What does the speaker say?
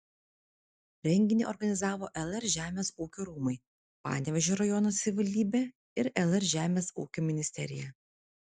renginį organizavo lr žemės ūkio rūmai panevėžio rajono savivaldybė ir lr žemės ūkio ministerija